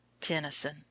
Tennyson